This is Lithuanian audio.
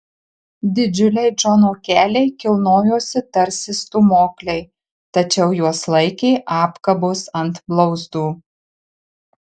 didžiuliai džono keliai kilnojosi tarsi stūmokliai tačiau juos laikė apkabos ant blauzdų